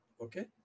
okay